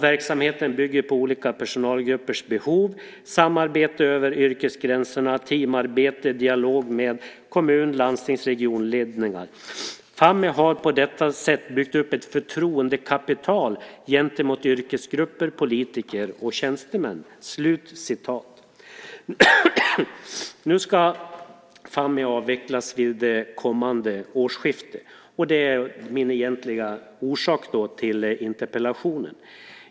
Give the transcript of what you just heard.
Verksamheten bygger på olika personalgruppers behov, samarbete över yrkesgränserna, teamarbete, dialog med kommun-, landstings och regionledningar. Fammi har på detta sätt byggt upp ett förtroendekapital gentemot yrkesgrupper, politiker och tjänstemän. Nu ska Fammi avvecklas vid det kommande årsskiftet. Det är min egentliga orsak till interpellationen.